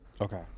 okay